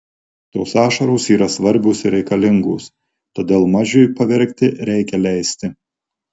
tos ašaros yra svarbios ir reikalingos todėl mažiui paverkti reikia leisti